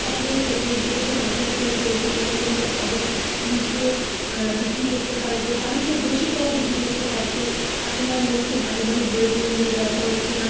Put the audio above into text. তার পরে ফেসবুকে তো মার্কেটপ্লেস রয়েছে যেখানে লোক তাদের জিনিসগুলো বিক্রি করতে পারবে বাড়িতে বসেই তারা বিক্রি করতে পারছে এখন আর লোককে বাড়ি বাড়ি বয়ে বয়ে নিয়ে বেড়াতে হচ্ছে না